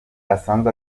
asanzwe